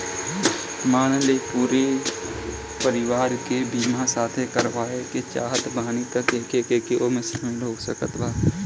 मान ली पूरा परिवार के बीमाँ साथे करवाए के चाहत बानी त के के ओमे शामिल हो सकत बा?